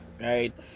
right